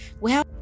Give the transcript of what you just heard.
Well